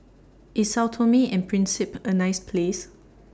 IS Sao Tome and Principe A nice Place